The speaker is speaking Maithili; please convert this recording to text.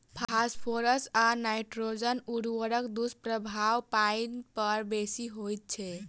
फास्फोरस आ नाइट्रोजन उर्वरकक दुष्प्रभाव पाइन पर बेसी होइत छै